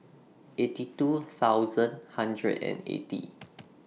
eighty two thousand hundred and eighty